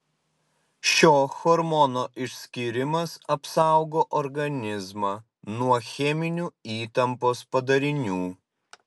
šio hormono išskyrimas apsaugo organizmą nuo cheminių įtampos padarinių